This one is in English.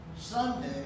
Sunday